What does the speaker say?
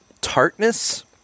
tartness